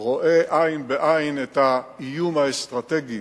רואה עין בעין אתך את האיום האסטרטגי